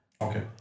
Okay